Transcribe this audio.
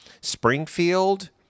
Springfield